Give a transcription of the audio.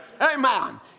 Amen